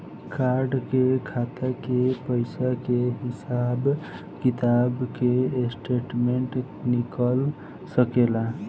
Card से खाता के पइसा के हिसाब किताब के स्टेटमेंट निकल सकेलऽ?